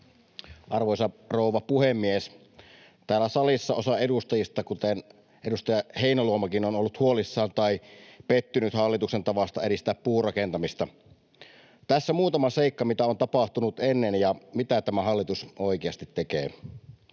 Arvoisa rouva puhemies! Täällä salissa osa edustajista, kuten edustaja Heinäluomakin, on ollut huolissaan tai pettynyt hallituksen tavasta edistää puurakentamista. Tässä muutama seikka, mitä on tapahtunut ennen ja mitä tämä hallitus oikeasti tekee.